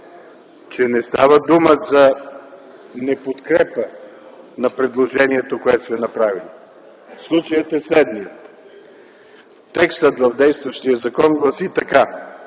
че не става дума за неподкрепа на предложението, което сме направили. Случаят е следния – текстът в действащия закон гласи така: